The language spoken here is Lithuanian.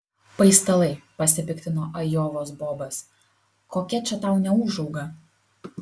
paistalai pasipiktino ajovos bobas kokia čia tau neūžauga